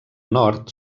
nord